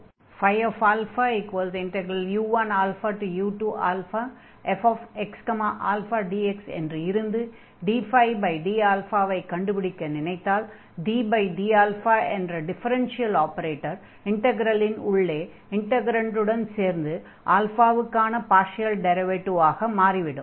ஆகையால் u1u2fxαdx என்று இருந்து dd ஐ கண்டுப்பிடிக்க நினைத்தால் dd என்ற டிஃபெரன்ஷியல் ஆபரேட்டர் இன்டக்ரலின் உள்ளே இன்டக்ரன்டுடன் சேர்ந்து ஆல்ஃபாவுக்கான α பார்ஷியல் டிரைவேடிவாக மாறிவிடும்